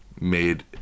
made